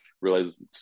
realize